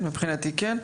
מבחינתי כן.